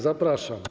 Zapraszam.